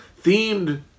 themed